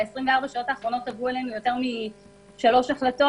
ב-24 השעות האחרונות עברו אלינו יותר משלוש החלטות,